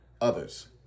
others